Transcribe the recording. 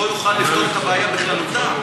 לא יוכל לפתור את הבעיה בכללותה.